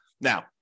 now